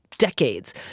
Decades